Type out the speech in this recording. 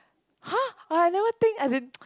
!huh! I never think as in